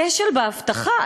כשל באבטחה.